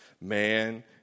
man